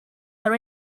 are